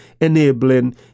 enabling